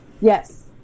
Yes